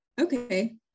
Okay